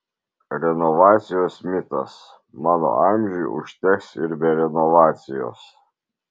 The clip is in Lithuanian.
renovacijos mitas mano amžiui užteks ir be renovacijos